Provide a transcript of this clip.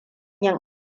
yin